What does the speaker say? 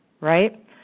right